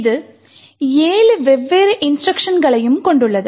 இது 7 வெவ்வேறு இன்ஸ்ட்ருக்ஷன்களைக் கொண்டுள்ளது